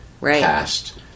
past